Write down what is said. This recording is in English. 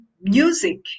music